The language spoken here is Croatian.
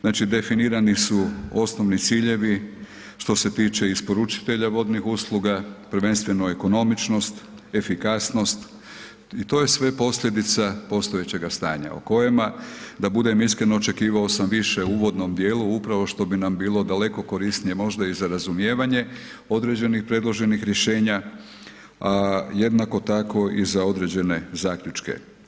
Znači, definirani su osnovni ciljevi što se tiče isporučitelja vodnih usluga, prvenstveno ekonomičnost, efikasnost i to je sve posljedica postojećega stanja o kojima da budem iskren očekivao sam više u uvodnom dijelu upravo što bi nam bilo daleko korisnije možda i za razumijevanje određenih predloženih rješenja, a jednako tako i za određene zaključke.